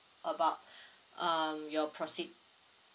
about um your proceed